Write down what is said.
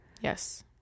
Yes